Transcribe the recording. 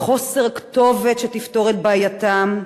מחוסר כתובת שתפתור את בעייתם.